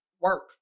work